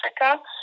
Africa